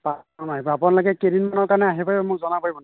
পাঁচজন আহিব আপোনালোকে কেইদিনমানৰ কাৰণে আহিব পাৰিব মোক জনাব পাৰিব নেকি